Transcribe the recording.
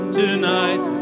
tonight